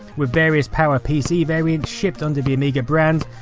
with various power pc variants shipped under the amiga brand,